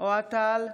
אוהד טל,